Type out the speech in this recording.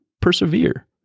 persevere